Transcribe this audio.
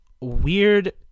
weird